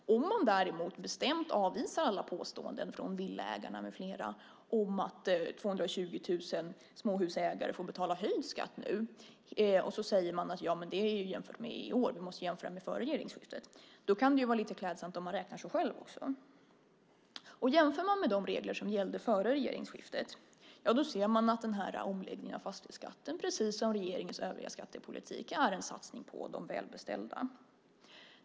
Nu avvisar man däremot bestämt alla påståenden från Villaägarna med flera om att 220 000 småhusägare får betala höjd skatt nu och säger: Ja, men det är jämfört med i år; man måste jämföra med innan regeringsskiftet! Då kan det vara lite klädsamt att räkna så själv också. Jämför man med de regler som gällde före regeringsskiftet ser man att omläggningen av fastighetsskatten precis som regeringens övriga skattepolitik är en satsning på de välbeställda.